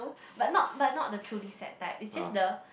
but not but not the truly sad type it's just the